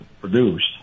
produced